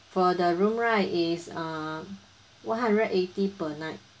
for the room right is uh one hundred eighty per night